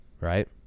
right